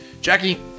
Jackie